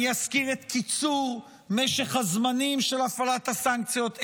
אני אזכיר את קיצור משך הזמנים של הפעלת הסנקציות,